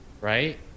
right